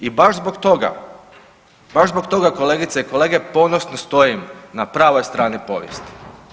I baš zbog toga, baš zbog toga kolegice i kolege ponosno stojim na pravoj strani povijesti.